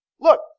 Look